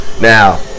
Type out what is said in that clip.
Now